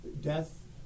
Death